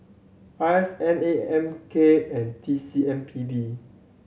R S N A M K and T C M P B